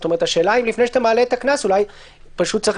השאלה היא אם לפני העלאת הקנס אולי פשוט צריך